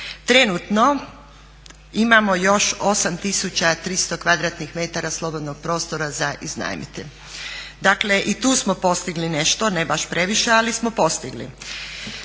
Trenutno imamo još 8300 kvadratnih metara slobodnog prostora za iznajmiti. Dakle, i tu smo postigli nešto, ne baš previše ali smo postigli.